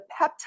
peptide